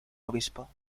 obispo